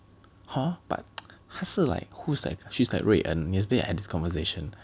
hor but 他是 like who's like she's like Rui En yesterday I had this conversation